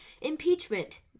impeachment